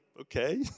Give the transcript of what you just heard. okay